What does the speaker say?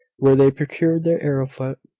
where they procured their arrowroot.